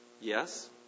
Yes